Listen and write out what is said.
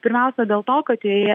pirmiausia dėl to kad joje